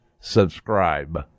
subscribe